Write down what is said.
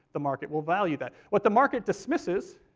the market will value that. what the market dismisses,